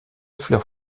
fleurs